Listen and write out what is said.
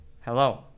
Hello